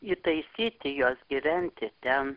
įtaisyti juos gyventi ten